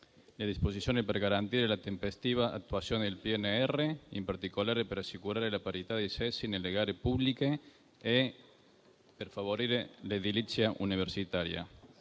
le disposizioni per garantire la tempestiva attuazione del PNRR, in particolare per assicurare la parità dei sessi nelle gare pubbliche e per favorire l'edilizia universitaria